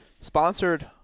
Sponsored